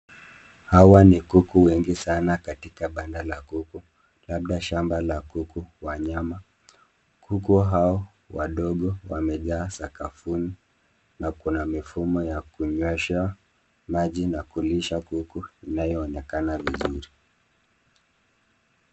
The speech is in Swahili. Hawa ni kuku wengi sana katika banda la kuku labda shamba la kuku wanyama. Kuku hao wadogo wamejaa sakafuni na kuna mifumo ya kunyeshwa maji na kulisha kuku inayoonekana vizuri.